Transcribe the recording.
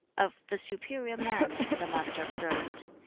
of the superior man, the master observed,